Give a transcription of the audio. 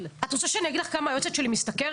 את רוצה שאני אגיד לך כמה היועצת שלי משתכרת?